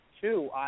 two